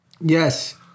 Yes